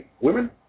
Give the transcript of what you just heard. Women